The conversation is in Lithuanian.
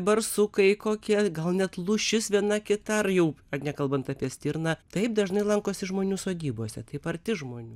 barsukai kokie gal net lūšis viena kita ar jau nekalbant apie stirną taip dažnai lankosi žmonių sodybose taip arti žmonių